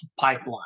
pipeline